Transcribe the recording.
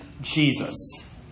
Jesus